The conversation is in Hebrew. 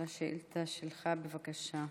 לשאילתה שלך, בבקשה.